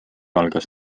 algas